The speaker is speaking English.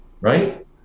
right